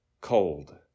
cold